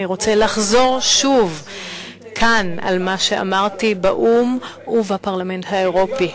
אני רוצה לחזור כאן על מה שאמרתי באו"ם ובפרלמנט האירופי.